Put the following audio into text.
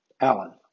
Alan